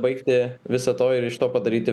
baigti visa to ir iš to padaryti